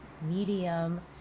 medium